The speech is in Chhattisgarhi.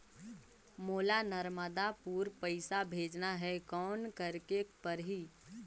मोला नर्मदापुर पइसा भेजना हैं, कौन करेके परही?